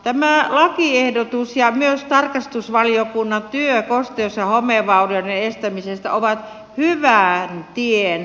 tämä lakiehdotus ja myös tarkastusvaliokunnan työ kosteus ja homevaurioiden estämiseksi ovat hyvän tien alku